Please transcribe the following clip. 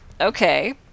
Okay